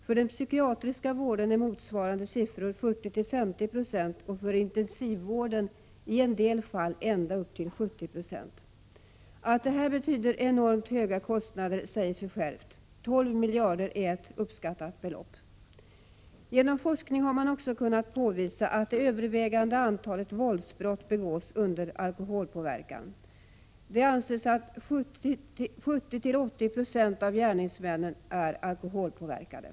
För den psykiatriska vården är motsvarande siffra 40—50 96, och för intensivvården når den i en del fall ända upp till 70 96. Att det här betyder enormt höga kostnader säger sig självt — uppskattningarna anger 12 miljarder. Genom forskning har man också kunnat påvisa att det övervägande antalet våldsbrott begås under alkoholpåverkan. Det anses att 70—80 26 av gärningsmännen är alkoholpåverkade.